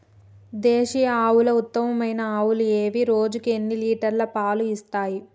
దేశీయ ఆవుల ఉత్తమమైన ఆవులు ఏవి? రోజుకు ఎన్ని లీటర్ల పాలు ఇస్తాయి?